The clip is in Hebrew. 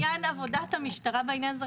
חשוב לומר בעניין עבודת המשטרה בעניין הזה,